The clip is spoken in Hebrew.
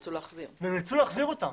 נאלצו להחזיר אותם.